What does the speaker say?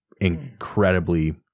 incredibly